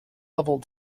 level